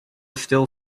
still